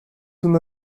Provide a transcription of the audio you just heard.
una